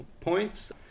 points